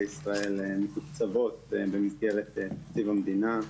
ישראל מתוקצבות במסגרת תקציב המדינה,